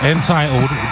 Entitled